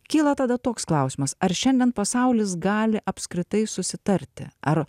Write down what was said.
kyla tada toks klausimas ar šiandien pasaulis gali apskritai susitarti ar